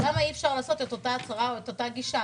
למה אי אפשר לאפשר את אותה הצהרה או את אותה גישה?